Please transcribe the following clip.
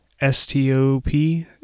S-T-O-P